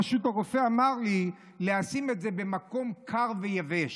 פשוט הרופא אמר לי לשים את זה במקום קר ויבש.